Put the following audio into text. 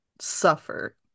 suffer